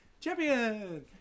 Champion